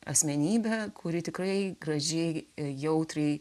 asmenybe kuri tikrai gražiai jautriai